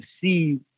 see